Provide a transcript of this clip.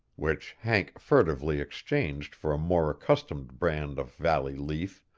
which hank furtively exchanged for a more accustomed brand of valley leaf,